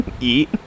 eat